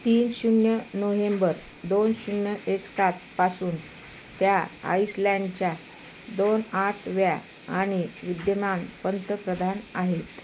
तीन शून्य नोहेंबर दोन शून्य एक सातपासून त्या आईसलँडच्या दोन आठव्या आणि विद्यमान पंतप्रधान आहेत